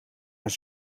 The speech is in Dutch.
haar